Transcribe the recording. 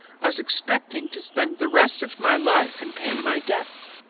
i was expecting to spend the rest of my life in paying my debts,